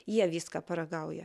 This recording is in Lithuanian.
jie viską paragauja